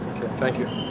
thank you.